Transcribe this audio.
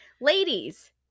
Ladies